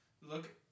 look